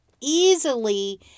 easily